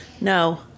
No